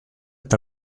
est